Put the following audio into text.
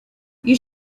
you